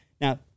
Now